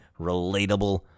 relatable